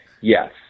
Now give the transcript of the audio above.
Yes